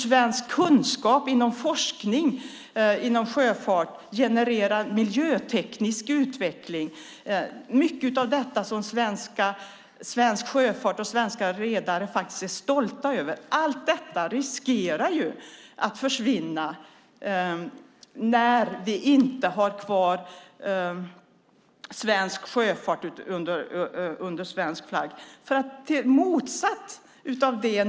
Svensk kunskap inom forskning inom sjöfart genererar miljöteknisk utveckling. Det är mycket av detta som svensk sjöfart och svenska redare faktiskt är stolta över. Allt detta riskerar att försvinna när vi inte har kvar svensk sjöfart under svensk flagg.